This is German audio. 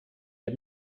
der